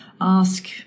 ask